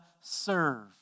serve